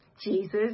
Jesus